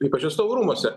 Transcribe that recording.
ypač atstovų rūmuose